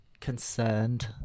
concerned